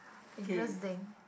interesting